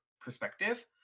perspective